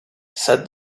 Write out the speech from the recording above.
said